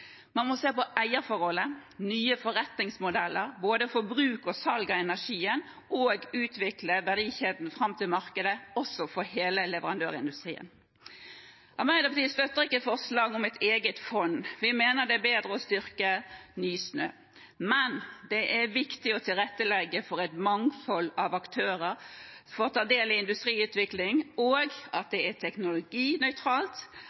Man må se på eierforhold, nye forretningsmodeller for både bruk og salg av energien, og utvikle hele verdikjeden fram til markedet også for hele leverandørindustrien. Arbeiderpartiet støtter ikke forslaget om et eget fond. Vi mener det er bedre å styrke Nysnø. Men det er viktig å tilrettelegge for at et mangfold av aktører får ta del i industriutviklingen, at det er teknologinøytralt, og at